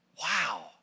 wow